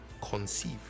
conceive